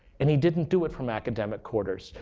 and he didn't do it from academic quarters.